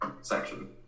section